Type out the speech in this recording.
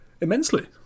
immensely